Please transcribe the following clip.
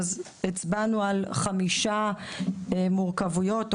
הצבענו על חמש מורכבויות: א',